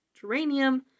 Geranium